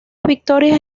victorias